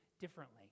differently